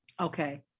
Okay